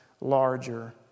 larger